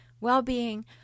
well-being